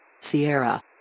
Sierra